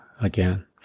again